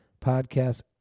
podcast